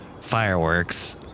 fireworks